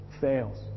fails